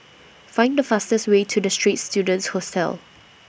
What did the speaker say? Find The fastest Way to The Straits Students Hostel